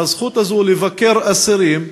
הזכות הזאת לבקר אסירים,